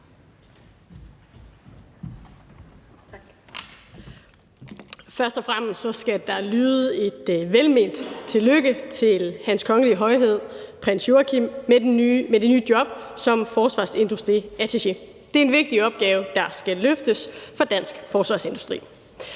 Først og fremmest skal der lyde et velment tillykke til Hans Kongelige Højhed Prins Joachim med det nye job som forsvarsindustriattaché. Det er en vigtig opgave, der skal løftes for dansk forsvarsindustri.